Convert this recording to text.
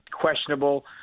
questionable